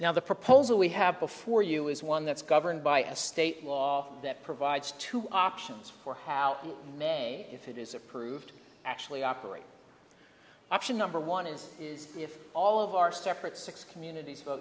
now the proposal we have before you is one that's governed by a state law that provides two options for how may if it is approved actually operate option number one is is if all of our separate six communit